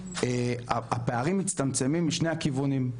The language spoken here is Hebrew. הפערים מצטמצמים משני הכיוונים,